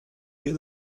get